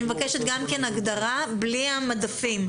גם כאן אני מבקשת הגדרה בלי המדפים.